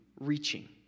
reaching